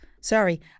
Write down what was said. sorry